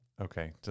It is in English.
Okay